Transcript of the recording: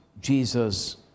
Jesus